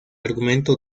argumento